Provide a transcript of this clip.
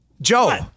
Joe